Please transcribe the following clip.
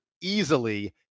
easily